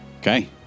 Okay